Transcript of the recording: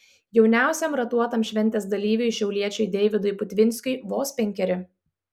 jauniausiam ratuotam šventės dalyviui šiauliečiui deividui putvinskui vos penkeri